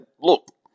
look